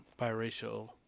biracial